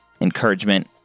encouragement